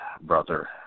brother